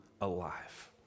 alive